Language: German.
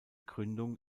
gründung